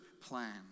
plan